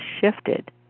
shifted